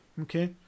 Okay